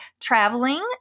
traveling